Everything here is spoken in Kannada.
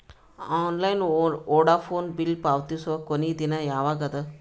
ಆನ್ಲೈನ್ ವೋಢಾಫೋನ ಬಿಲ್ ಪಾವತಿಸುವ ಕೊನಿ ದಿನ ಯವಾಗ ಅದ?